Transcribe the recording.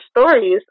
stories